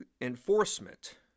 Enforcement